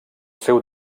seu